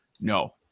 no